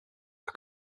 are